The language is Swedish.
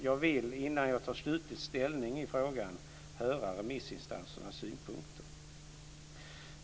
Jag vill, innan jag tar slutlig ställning i frågan, höra remissinstansernas synpunkter.